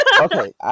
Okay